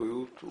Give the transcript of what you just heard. זה